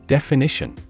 Definition